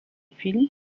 films